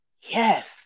Yes